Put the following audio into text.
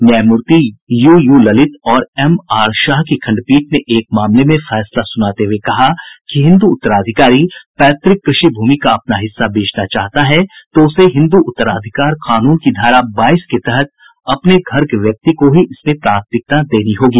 न्यायमूर्ति U U Lalit और M R Shah की खंडपीठ ने एक मामले में फैसला सुनाते हुये कहा कि हिन्दू उत्तराधिकारी पैतृक कृषि भूमि का अपना हिस्सा बेचना चाहता है तो उसे हिन्दू उत्तराधिकार कानून की धारा बाईस के तहत अपने घर के व्यक्ति को ही इसमें प्राथमिकता देनी होगी